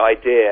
idea